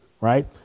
right